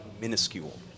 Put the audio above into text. minuscule